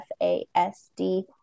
FASD